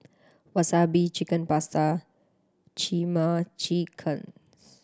Wasabi Chicken Pasta Chimichickens